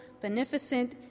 beneficent